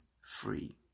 free